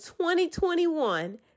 2021